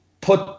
put